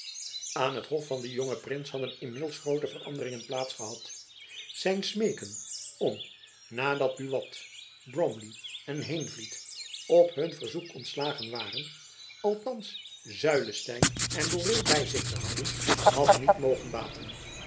aan het hof van den jongen prins hadden inmiddels groote veranderingen plaats gehad zijn smeeken om nadat buat bromley en heenvliet op hun verzoek ontslagen waren althands zuylestein en boreel by zich te houden had niet mogen baten